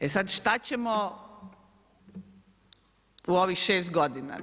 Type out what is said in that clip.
E sada, šta ćemo u ovih 6 godina?